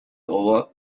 over